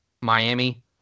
Miami